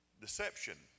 Deception